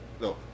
no